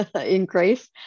increase